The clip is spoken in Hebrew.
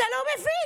אתה לא מבין.